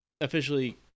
officially